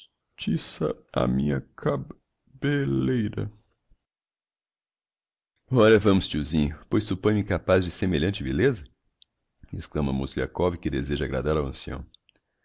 tiça a minha cab be leira ora vamos tiozinho pois suppõe me capaz de semelhante vilêza exclama mozgliakov que deseja agradar ao ancião